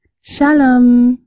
Shalom